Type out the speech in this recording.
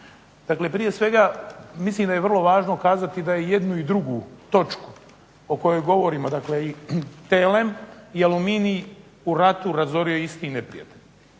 Dakle, prije svega mislim da je važno kazati da je i jednu i drugu točku o kojoj govorimo dakle i TLM i Aluminij u ratu razorio isti neprijatelj,